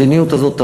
המדיניות הזאת,